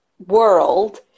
world